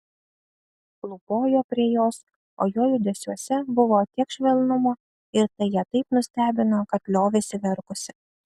klūpojo prie jos o jo judesiuose buvo tiek švelnumo ir tai ją taip nustebino kad liovėsi verkusi